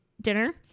dinner